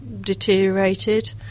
deteriorated